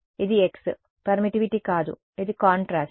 ఇది x permittivity కాదు ఇది కాంట్రాస్ట్